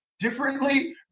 differently